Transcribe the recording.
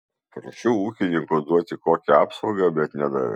prašiau ūkininko duoti kokią apsaugą bet nedavė